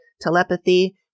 telepathy